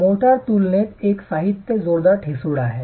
mortar तुलनेत एक साहित्य जोरदार ठिसूळ आहे